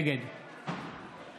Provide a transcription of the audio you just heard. נגד